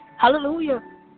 Hallelujah